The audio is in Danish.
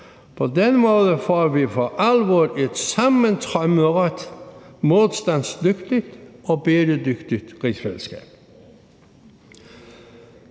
På den måde får vi for alvor et sammentømret, modstandsdygtigt og bæredygtigt rigsfællesskab.